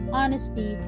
honesty